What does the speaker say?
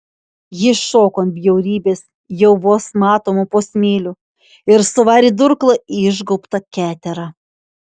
ji šoko ant bjaurybės jau vos matomo po smėliu ir suvarė durklą į išgaubtą keterą